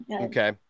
Okay